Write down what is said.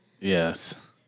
Yes